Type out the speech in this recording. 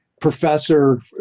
professor